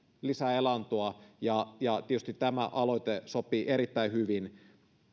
lisää elantoa ja ja tietysti tämä aloite sopii erittäin hyvin